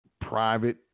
Private